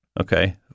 Okay